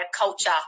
culture